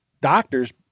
doctors